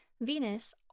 Venus